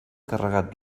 carregat